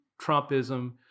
Trumpism